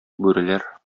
бүреләр